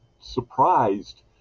surprised